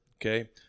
Okay